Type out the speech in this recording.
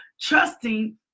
trusting